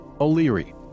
O'Leary